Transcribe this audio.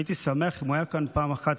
הייתי שמח אם הוא היה כאן פעם אחת,